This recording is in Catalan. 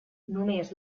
només